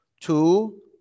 Two